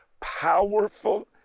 powerful